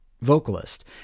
vocalist